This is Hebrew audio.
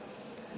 הסתייגויות?